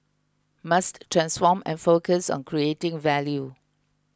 must transform and focus on creating value